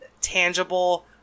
tangible